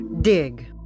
Dig